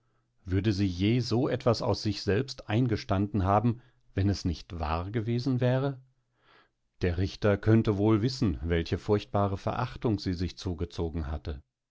würde sie je so etwas aus sich selbst eingestanden haben wenn es nicht wahr gewesen wäre der richter könnte wohl wissen welche furchtbare verachtung sie sich zugezogen hatte